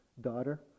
daughter